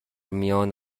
میان